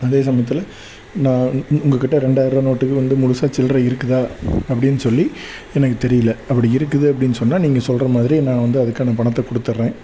அதே சமயத்தில் நான் உங்கக்கிட்டே ரெண்டாயர ரூபா நோட்டுகள் வந்து முழுசாக சில்லற இருக்குதா அப்படினு சொல்லி எனக்கு தெரியல அப்படி இருக்குது அப்படினு சொன்னால் நீங்கள் சொல்கிற மாதிரி நான் வந்து அதுக்கான பணத்தை கொடுத்துர்றேன்